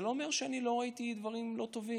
זה לא אומר שאני לא ראיתי דברים לא טובים.